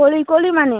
କୋଳି କୋଳିମାନେ